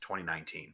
2019